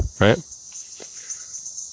right